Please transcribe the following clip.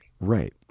Right